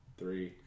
three